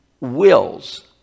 wills